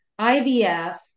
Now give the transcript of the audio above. ivf